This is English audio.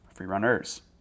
freerunners